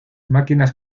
máquinas